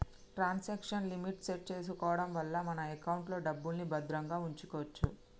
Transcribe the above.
transaction limit set చేసుకోడం వల్ల మన ఎకౌంట్లో డబ్బుల్ని భద్రంగా వుంచుకోచ్చు